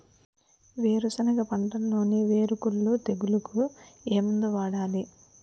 వేరుసెనగ పంటలో వేరుకుళ్ళు తెగులుకు ఏ మందు వాడాలి?